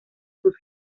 sus